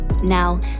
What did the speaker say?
Now